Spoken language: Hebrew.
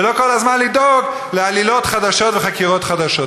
ולא כל הזמן לדאוג מעלילות חדשות וחקירות חדשות?